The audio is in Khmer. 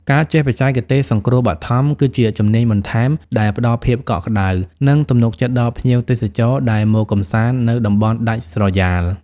ការចេះបច្ចេកទេសសង្គ្រោះបឋម គឺជាជំនាញបន្ថែមដែលផ្តល់ភាពកក់ក្តៅ និងទំនុកចិត្តដល់ភ្ញៀវទេសចរដែលមកកម្សាន្តនៅតំបន់ដាច់ស្រយាល។